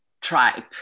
tribe